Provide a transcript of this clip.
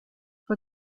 fue